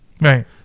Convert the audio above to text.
Right